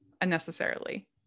unnecessarily